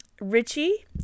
Richie